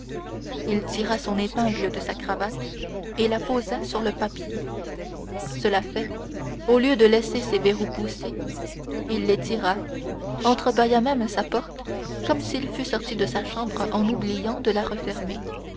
il tira son épingle de sa cravate et la posa sur le papier cela fait au lieu de laisser ses verrous poussés il les tira entrebâilla même sa porte comme s'il fût sorti de sa chambre en oubliant de la refermer